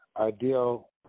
Ideal